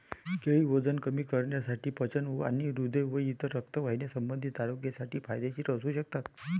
केळी वजन कमी करण्यासाठी, पचन आणि हृदय व रक्तवाहिन्यासंबंधी आरोग्यासाठी फायदेशीर असू शकतात